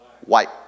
White